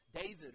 David